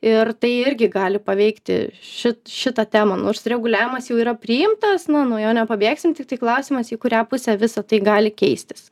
ir tai irgi gali paveikti šit šitą temą nors reguliavimas jau yra priimtas nuo jo nepabėgsim tiktai klausimas į kurią pusę visa tai gali keistis